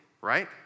right